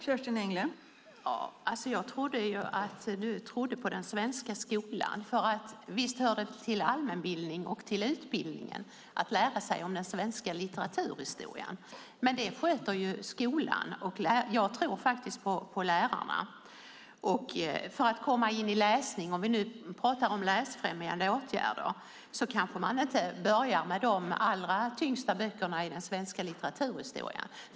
Fru talman! Jag trodde att Mattias Karlsson trodde på den svenska skolan. Visst hör det till allmänbildning och till utbildningen att lära sig om den svenska litteraturhistorien, men det sköter ju skolan. Jag tror faktiskt på lärarna. Vi talar nu om läsfrämjande åtgärder. För att komma in i läsning kanske man inte börjar med de allra tyngsta böckerna i den svenska litteraturhistorien.